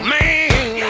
Man